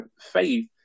faith